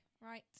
right